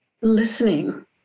listening